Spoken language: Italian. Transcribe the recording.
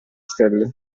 stelle